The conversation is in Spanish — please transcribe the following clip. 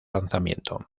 lanzamiento